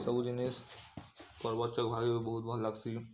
ସବୁ ଜିନିଷ୍